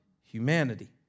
humanity